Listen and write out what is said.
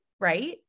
right